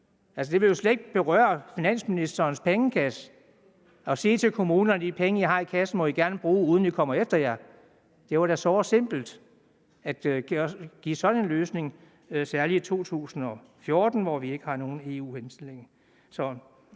det vil jo slet ikke berøre finansministerens pengekasse at sige til kommunerne: De penge, I har i kassen, må I gerne bruge, uden at vi kommer efter jer. Det ville da være såre simpelt at komme med sådan en løsning, særlig i 2014, hvor vi ikke har nogen EU henstilling. Så